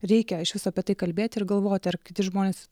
reikia iš viso apie tai kalbėti ir galvoti ar kiti žmonės